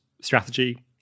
strategy